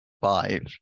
Five